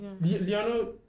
Leonardo